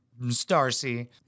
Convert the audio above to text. Starcy